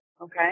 okay